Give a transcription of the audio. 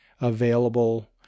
available